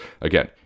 again